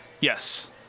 Yes